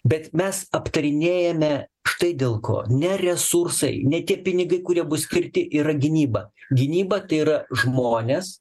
bet mes aptarinėjame štai dėl ko ne resursai ne tie pinigai kurie bus skirti yra gynyba gynyba tai yra žmonės